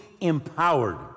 empowered